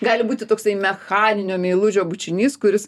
gali būti toksai mechaninio meilužio bučinys kuris